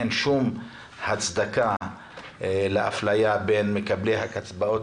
אין שום הצדקה לאפליה בין מקבלי הקצבאות